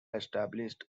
established